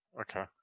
Okay